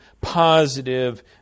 positive